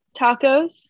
tacos